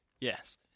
Yes